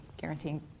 guaranteeing